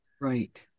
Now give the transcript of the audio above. Right